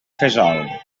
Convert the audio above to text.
fesol